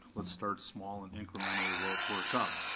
let's start small and incrementally work work up.